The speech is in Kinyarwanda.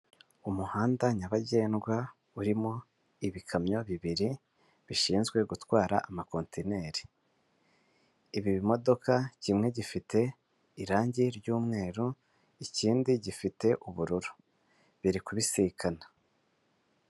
Umuhanda nyabagerwa urimo ibikamyo bibiri bishinzwe gutwara amakontineri. Ibi b'imodoka kimwe gifite irange ry'umweru, ikindi gifite ubururu biri kubisikana.